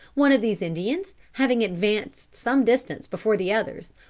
one of these indians having advanced some distance before the others,